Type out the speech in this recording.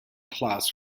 class